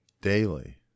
daily